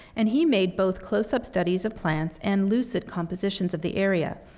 and he made both close-up studies of plants and lucid compositions of the area.